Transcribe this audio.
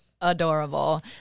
adorable